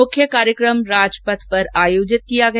मुख्य कार्यक्रम राजपथ पर आयोजित किया गया